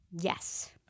yes